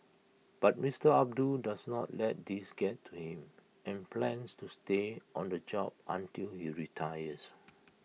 but Mister Abdul does not let these get to him and plans to stay on the job until he retires